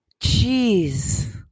Jeez